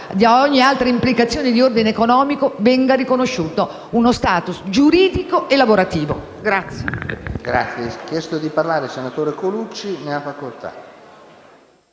da ogni altra implicazione di ordine economico, venga riconosciuto uno *status* giuridico e lavorativo.